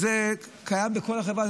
זה קיים בכל החברה.